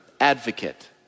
advocate